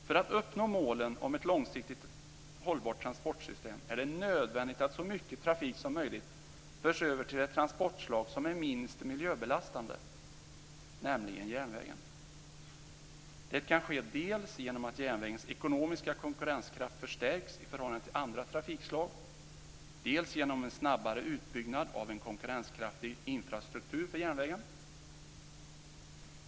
För att uppnå målen om ett långsiktigt hållbart transportsystem är det nödvändigt att så mycket trafik som möjligt förs över till det transportslag som är minst miljöbelastande, nämligen järnvägen. Det kan ske dels genom att järnvägens ekonomiska konkurrenskraft förstärks i förhållande till andra trafikslag, dels genom en snabbare utbyggnad av en konkurrenskraftig infrastruktur för järnvägen.